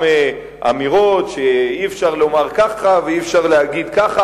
אמירות שאי-אפשר לומר ככה ואי-אפשר להגיד ככה,